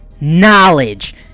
knowledge